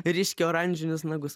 ryškiai oranžinius nagus